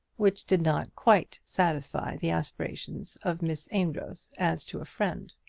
which did not quite satisfy the aspirations of miss amedroz as to a friend.